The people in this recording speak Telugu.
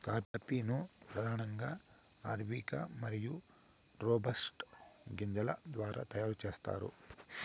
కాఫీ ను ప్రధానంగా అరబికా మరియు రోబస్టా గింజల ద్వారా తయారు చేత్తారు